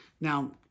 Now